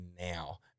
now